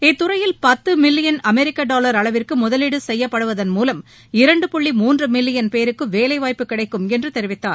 இத்துறையில் பத்தமில்லியன் அமெரிக்கடாலர் அளவிற்குமுதலீடுசெய்யப்படுவதன் மூலம் இரண்டு புள்ளி மூன்றுமில்லியன் பேருக்குவேலைவாய்ப்பு கிடைக்கும் என்றுதெரிவித்தார்